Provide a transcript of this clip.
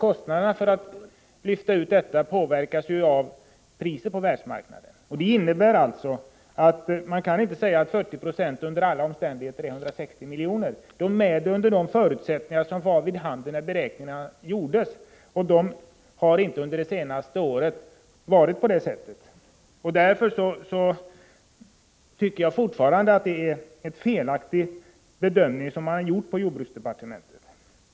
Kostnaderna för att lyfta ut detta påverkas ju av priset på världsmarknaden. Det innebär alltså att man inte kan säga att 40 96 under alla omständigheter är 160 miljoner. Det är 160 miljoner under de förutsättningar som var vid handen när beräkningarna gjordes. Under det senaste året har det inte varit på det sättet. Därför tycker jag fortfarande att man på jordbruksdepartementet har gjort en felaktig bedömning.